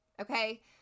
Okay